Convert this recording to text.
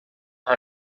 are